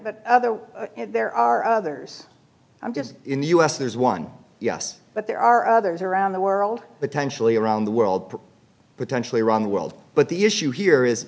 another and there are others i'm just in the us there's one yes but there are others around the world potentially around the world potentially around the world but the issue here is